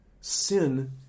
sin